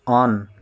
on